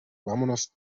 vámonos